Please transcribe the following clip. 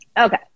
Okay